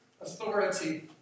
authority